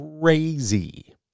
crazy